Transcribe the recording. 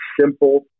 simple